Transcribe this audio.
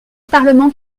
parlement